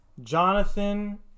Jonathan